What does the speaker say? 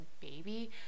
baby